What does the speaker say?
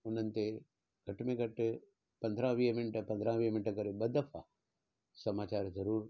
हुननि ते घटि में घटि पंद्रहां वीह मिंट पंद्रहां वीह मिंट करे ॿ दफ़ा समाचार ज़रूरु